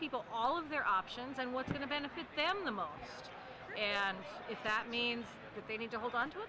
people all of their options and what's going to benefit them the most and if that means that they need to hold onto